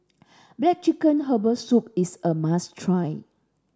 black chicken herbal soup is a must try